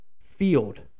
field